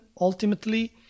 ultimately